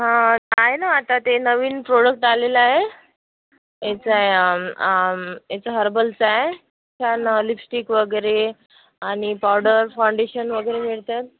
हां आहे ना आता ते नवीन प्रोडक्ट आलेलं आहे याचं आहे याचं हर्बलचं आहे छान लिपस्टिक वगैरे आणि पावडर फाँडेशन वगैरे याच्यात